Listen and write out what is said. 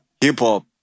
hip-hop